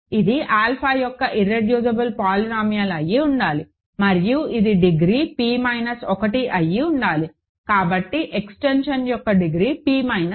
ఇది ఆల్ఫా యొక్క irreducible polynomial అయి ఉండాలి మరియు ఇది డిగ్రీలు p మైనస్ 1 అయి ఉండాలి కాబట్టి ఎక్స్టెన్షన్ యొక్క డిగ్రీ p మైనస్ 1